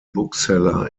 bookseller